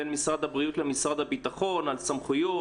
בין משרד הבריאות למשרד הביטחון על סמכויות,